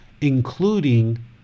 including